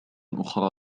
أخرى